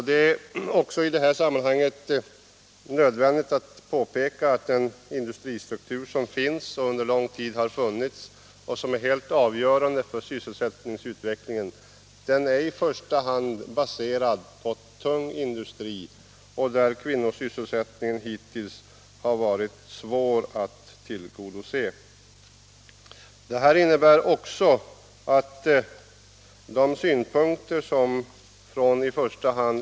Det är också i detta sammanhang nödvändigt att påpeka att den industristruktur som finns, som under lång tid har funnits och som är helt avgörande för sysselsättningsutvecklingen, i första hand är baserad på tung industri, varvid kvinnosysselsättningen hittills varit svår att tillgodose.